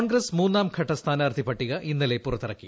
കോൺഗ്രസ്സ് മൂന്നാംഘട്ട സ്ഥാനാർത്ഥി പട്ടിക ഇന്നലെ പുറത്തിറക്കി